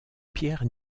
pierre